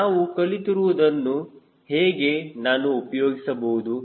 ನಾವು ಕಲಿತಿರುವುದನ್ನು ಹೇಗೆ ನಾನು ಉಪಯೋಗಿಸಬಹುದು